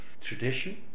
tradition